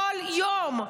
כל יום,